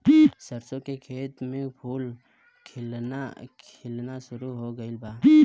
सरसों के खेत में फूल खिलना शुरू हो गइल बा